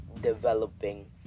developing